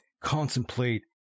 contemplate